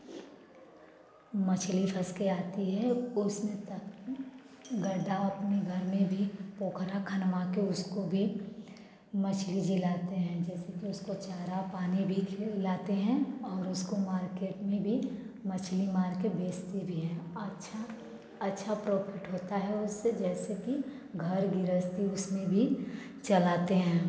मछली फँस कर आती है ओस में तह गड्ढा अपने घर में भी पोखरा खनमा के उसको भी मछली जिलाते हैं जैसे कि उसको चारा पानी भी खिलाते हैं और और उसको मारकेट में भी मछली मारकेट बेचते भी हैं अच्छा अच्छा प्रॉफिट होता है उससे जैसे कि घर गृहस्थी उसमें भी चलाते हैं